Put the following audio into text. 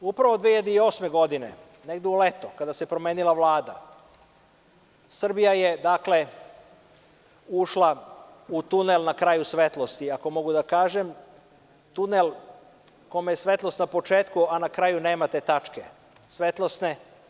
Upravo, 2008. godine, negde u leto kada se promenila Vlada, Srbija je ušla u tunel na kraju svetlosti, tunel u kome je svetlost na početku, a na kraju nema te tačke svetlosne.